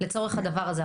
לצורך הדבר הזה.